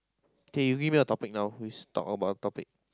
okay you read me a topic now please talk about a topic